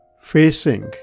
facing